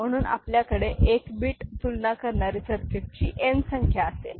म्हणून आपल्याकडे 1 बीट तुलना करणारी सर्किट ची n संख्या असेल